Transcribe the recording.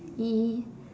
mm